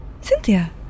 Cynthia